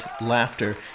laughter